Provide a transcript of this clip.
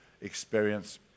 experience